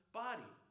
body